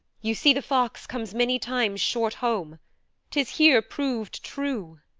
you see the fox comes many times short home tis here prov'd true.